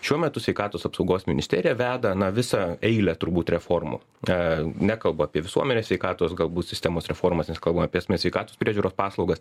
šiuo metu sveikatos apsaugos ministerija veda na visą eilę turbūt reformų na nekalbu apie visuomenės sveikatos galbūt sistemos reformas nes kalba apie asmens sveikatos priežiūros paslaugas